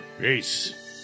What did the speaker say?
Peace